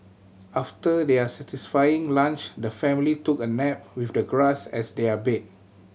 after their satisfying lunch the family took a nap with the grass as their bed